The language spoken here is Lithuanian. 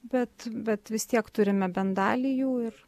bet bet vis tiek turime bent dalį jų ir